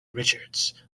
richards